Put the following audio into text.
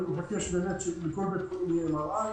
אני מבקש שבכל בית חולים יהיה MRI,